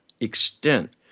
extent